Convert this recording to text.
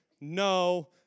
No